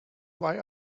why